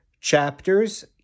Chapters